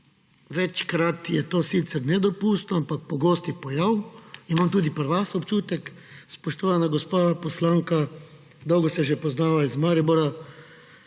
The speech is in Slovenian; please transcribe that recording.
Večkrat je to sicer nedopustno, ampak pogost pojav. Imam tudi pri vas občutek, spoštovana gospa poslanka, dolgo se že poznava iz Maribora,